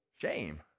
shame